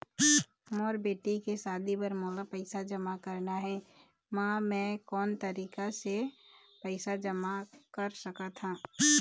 मोर बेटी के शादी बर मोला पैसा जमा करना हे, म मैं कोन तरीका से पैसा जमा कर सकत ह?